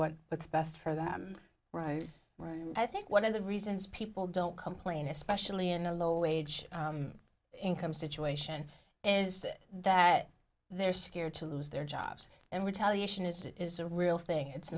what it's best for them right i think one of the reasons people don't complain especially in a low wage income situation is that they're scared to lose their jobs and retaliation is it is a real thing it's